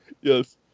Yes